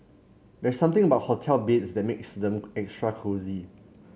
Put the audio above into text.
there's something about hotel beds that makes them extra cosy